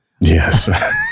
yes